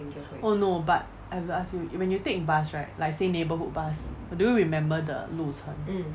oh no but I will ask you when you take bus right like say neighbourhood bus do you remember the 路程